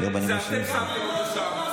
זה אתם שמתם אותו שם.